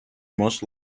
most